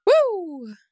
Woo